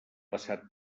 passat